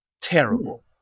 terrible